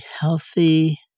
healthy